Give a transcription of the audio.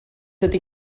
ydy